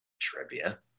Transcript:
trivia